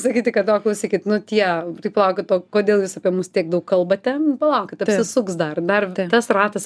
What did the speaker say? sakyti kad o klausykit nu tie tai palaukit o kodėl jūs apie mus tiek daug kalbate palaukit apsisuks dar dar tas ratas